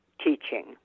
Teaching